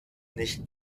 nicht